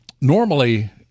normally